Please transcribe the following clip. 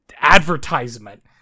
advertisement